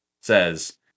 says